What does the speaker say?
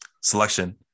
selection